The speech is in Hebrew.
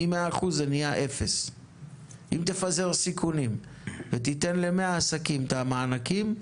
מ-100% זה נהיה 0%. אם תפזר את הסיכונים ותיתן ל-100 עסקים את המענקים,